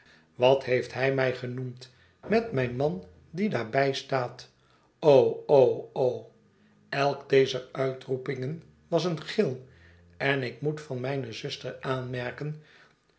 wat heeft hij mij genoemd met mijn man die daarbij staat elk dezeruitroepingen was een gil en ik moet van mijne zuster aanmerken